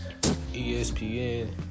ESPN